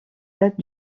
date